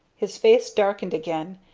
his face darkened again,